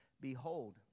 Behold